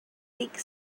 thick